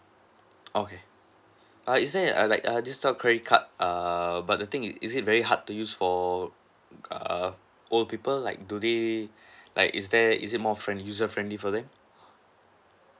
okay err is there err like err this type of credit card err but the thing is it very hard to use for err old people like do they like is there is it more friend user friendly for them